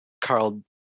Carl